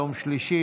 יום שלישי,